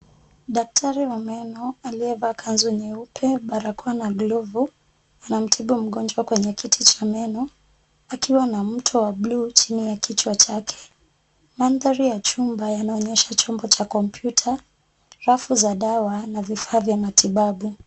Daktari wa meno aliyevaa kanzu nyeupe, barakoa na glavu anamtibu mgonjwa kwenye kiti cha meno, akiwa na mto wa bluu chini ya kichwa chake. Mandhari ya chumba yanaonyesha chombo cha kompyuta, rafu za dawa na vifaa vya matibabu.